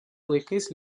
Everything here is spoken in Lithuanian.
laikais